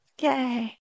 Yay